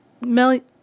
million